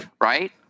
right